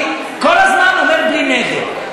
אני כל הזמן אומר "בלי נדר".